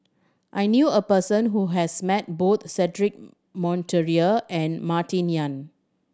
I knew a person who has met both Cedric Monteiro and Martin Yan